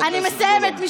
אני מסיימת.